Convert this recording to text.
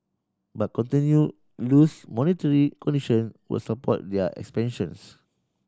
but continue loose monetary condition will support their expansions